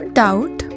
doubt